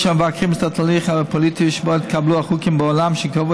יש המבקרים את התהליך הפוליטי שבו התקבלו החוקים בעולם שקבעו